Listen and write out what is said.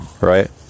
right